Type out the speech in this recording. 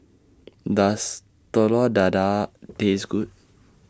Does Telur Dadah Taste Good